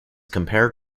compared